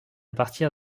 partir